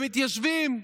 מתיישבים?